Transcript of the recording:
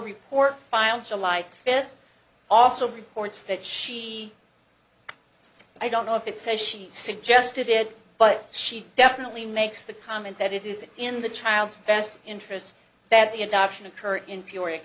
report filed july fifth also reports that she i don't know if it says she suggested it but she definitely makes the comment that it is in the child's best interest that the adoption occur